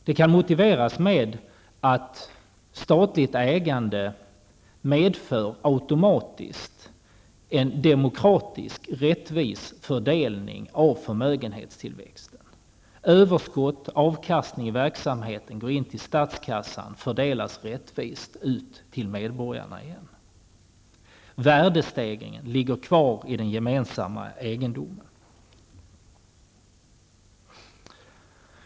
Det kan motiveras med att statligt ägande automatiskt medför en demokratisk, rättvis fördelning av förmögenhetstillväxten. Överskott, avkastning av verksamheten, går in till statskassan och fördelas rättvist ut till medborgarna. Värdestegringen ligger kvar i den gemensamma egendomen.